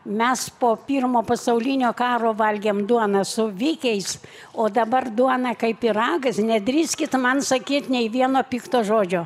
mes po pirmo pasaulinio karo valgėm duoną su vikiais o dabar duona kaip pyragas nedrįskit man sakyt nei vieno pikto žodžio